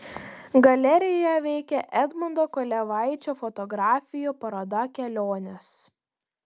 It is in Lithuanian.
galerijoje veikia edmundo kolevaičio fotografijų paroda kelionės